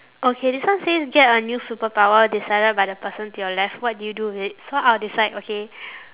okay this one says get a new superpower decided by the person to your left what do you do with it so I'll decide okay